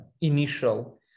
initial